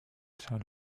salles